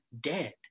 dead